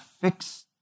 fix